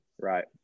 Right